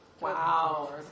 Wow